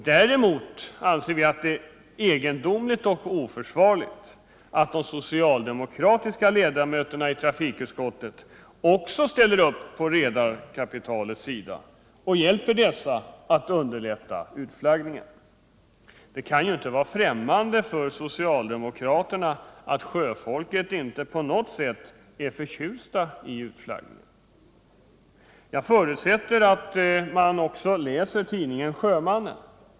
Däremot anser vi att det är egendomligt och oförsvarligt att de socialdemokratiska ledamöterna i trafikutskottet också ställer upp på redarnas sida och hjälper dem att underlätta utflaggningen. Det kan ju inte vara främmande för socialdemokraterna att sjöfolket inte på något sätt är förtjust i utflaggningen. Jag förutsätter att man läser tidnngen Sjömannen.